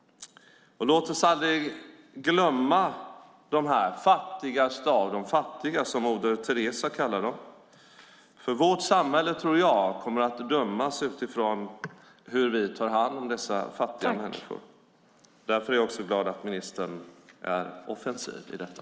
Låt oss aldrig glömma de fattigaste av de fattiga, som Moder Teresa kallade dem. Vårt samhälle kommer, tror jag, att dömas utifrån hur vi tar hand om dessa fattiga människor. Därför är jag också glad att ministern är offensiv i detta.